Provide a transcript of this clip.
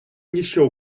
ніщо